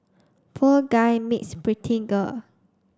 poor guy meets pretty girl